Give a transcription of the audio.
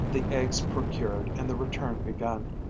the eggs procured, and the return begun.